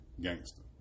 gangster